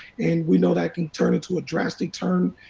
and we know that can turn into a drastic turn.